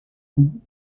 roux